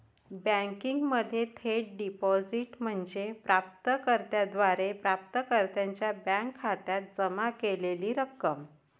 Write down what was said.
बँकिंगमध्ये थेट डिपॉझिट म्हणजे प्राप्त कर्त्याद्वारे प्राप्तकर्त्याच्या बँक खात्यात जमा केलेली रक्कम